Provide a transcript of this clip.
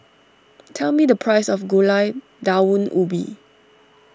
tell me the price of Gulai Daun Ubi